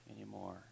anymore